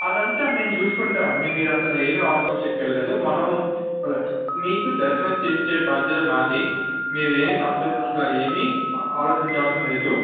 అది అంతా మేము చూసుకుంటాము అండి మీరు అసలు ఏమీ ఆలోచించక్కరలేదు మనం ప్ర మీకు దర్శనం చేయించే బాధ్యత మాది మీరు ఏం అస్సల ఏమీ ఆ ఆలోచించవలసిన అవసరం లేదు